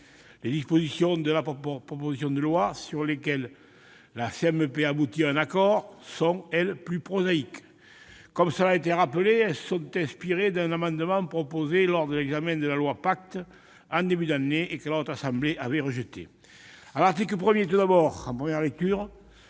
Les dispositions de la proposition de loi sur lesquelles la CMP a abouti à un accord sont, elles, plus prosaïques. Comme cela a été rappelé, elles sont inspirées d'un amendement présenté lors de l'examen du projet de loi Pacte, en début d'année, et que la Haute Assemblée avait rejeté.